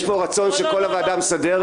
יש כאן רצון של כל הוועדה המסדרת.